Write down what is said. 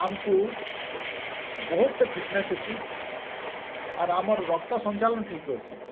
ଆମକୁ ବହୁତ ଫିଟନେସ୍ ହେସି ଆର୍ ଆମର୍ ରକ୍ତ ସଞ୍ଚାଳନ ଠିକ୍ ରହିସି